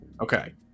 Okay